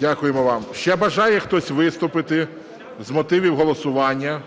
Дякуємо вам. Ще бажає хтось виступити з мотивів голосування?